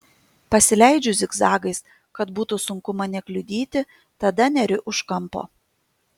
pasileidžiu zigzagais kad būtų sunku mane kliudyti tada neriu už kampo